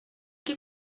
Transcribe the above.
que